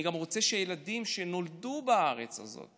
אני גם רוצה שהילדים שנולדו בארץ הזאת,